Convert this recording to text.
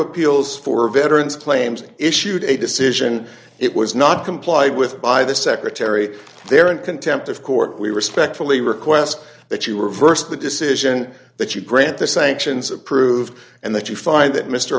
appeals for veterans claims issued a decision it was not complied with by the secretary they are in contempt of court we respectfully request that you reverse the decision that you grant the sanctions approved and that you find that mr